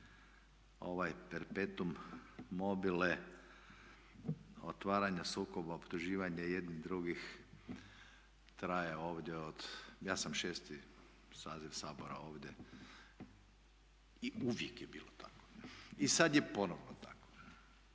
ovaj perpetuum mobile otvaranja sukoba, optuživanje jedni drugih traje ovdje od, ja sam VI. saziv Sabora ovdje i uvijek je bilo tako. I sada je ponovno tako.